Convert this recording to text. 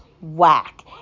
whack